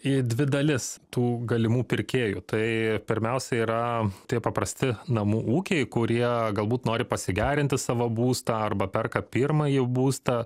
į dvi dalis tų galimų pirkėjų tai pirmiausia yra tie paprasti namų ūkiai kurie galbūt nori pasigerinti savo būstą arba perka pirmąjį būstą